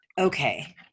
okay